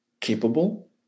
capable